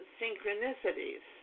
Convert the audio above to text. synchronicities